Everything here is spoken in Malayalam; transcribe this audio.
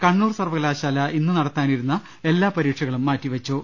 കണ്ണൂർ സർവകലാശാല ഇന്ന് നടത്താനിരുന്ന എല്ലാ പരീക്ഷ കളും മാറ്റിവെച്ചു